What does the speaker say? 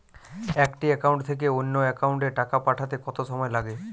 একটি একাউন্ট থেকে অন্য একাউন্টে টাকা পাঠাতে কত সময় লাগে?